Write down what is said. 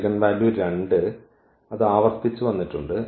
eigenvalue 2 അത് ആവർത്തിച്ചു വന്നിട്ടുണ്ട്